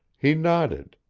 he nodded.